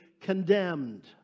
condemned